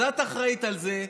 אז את אחראית לזה.